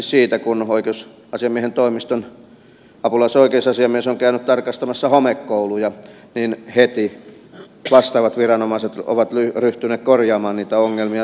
esimerkiksi kun oikeusasiamiehen toimiston apulaisoikeusasiamies on käynyt tarkastamassa homekouluja niin heti vastaavat viranomaiset ovat ryhtyneet korjaamaan niitä ongelmia